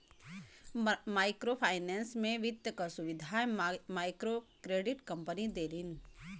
micro finance में वित्त क सुविधा मइक्रोक्रेडिट कम्पनी देलिन